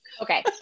okay